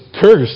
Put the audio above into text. cursed